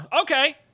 okay